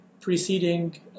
preceding